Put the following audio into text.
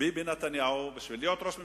ביבי נתניהו, בשביל להיות ראש הממשלה,